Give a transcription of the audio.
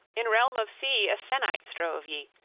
in realm of sea a sennight strove ye.